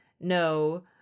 no